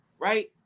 right